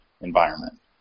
environment